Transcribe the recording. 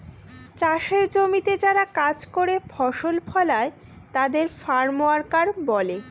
চাষের জমিতে যারা কাজ করে ফসল ফলায় তাদের ফার্ম ওয়ার্কার বলে